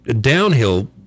downhill